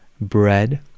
bread